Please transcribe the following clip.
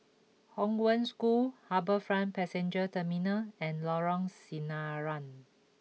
Hong Wen School HarbourFront Passenger Terminal and Lorong Sinaran